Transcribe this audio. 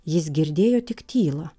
jis girdėjo tik tylą